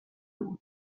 بود